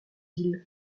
îles